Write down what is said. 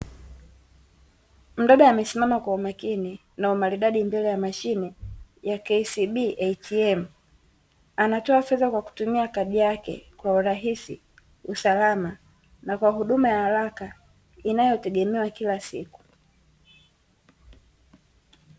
Mdada amesimama kwa umakini na umaridadi mbele ya mashine ya KCB ATM, anatoa fedha kwa kutumia kadi yake kwa urahisi, usalama na kwa huduma ya haraka inayotegemewa kila siku.